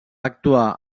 actuar